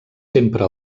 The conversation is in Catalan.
sempre